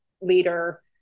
leader